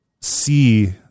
see